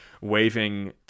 waving